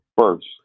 first